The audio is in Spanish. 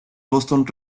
boston